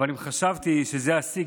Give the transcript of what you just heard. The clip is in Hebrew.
אבל אם חשבתי שזה השיא,